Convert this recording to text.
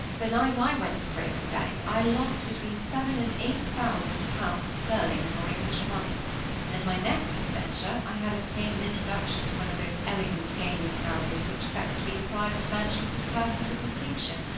the night i went to break the bank i lost between seven and eight thousand pounds sterling of your english money and my next adventure, i had obtained an introduction to one of those elegant gaming-houses which affect to be the private mansions of persons of distinction,